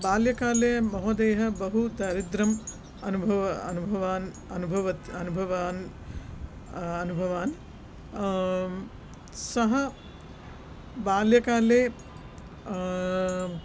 बाल्यकाले महोदयः बहु दरिद्रं अनुभव अनुभवान् अनुभवत् अनुभवान् अनुभवान् सः बाल्यकाले